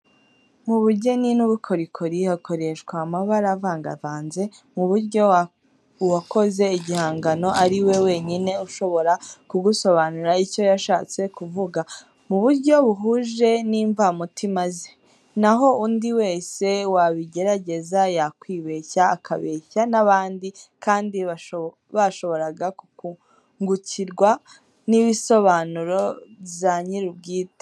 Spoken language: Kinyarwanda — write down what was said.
Mu bugeni n'ubukorikori hakoreshwa amabara avangavanze, mu buryo uwakoze igihangano ari we wenyine ushobora kugusobanuria icyo yashatse kuvuga, mu buryo buhuje n'imvamutima ze, na ho undi wese wabigerageza, yakwibeshya, akabeshya n'abandi kandi bashoboraga kungukirwa n'ibisobanuro bya nyir'ubwite.